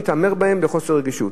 מתעמר בהם בחוסר רגישות.